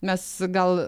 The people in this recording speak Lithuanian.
mes gal